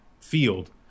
field